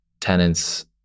Tenants